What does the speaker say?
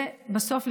ובסוף,